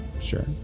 Sure